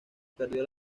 perdió